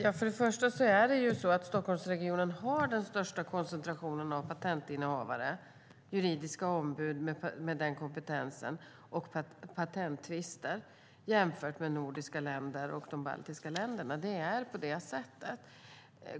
Herr talman! Det är ju så att Stockholmsregionen har den största koncentrationen av patentinnehavare, juridiska ombud med den kompetensen och patenttvister jämfört med övriga nordiska länder och de baltiska länderna. Det är på det sättet.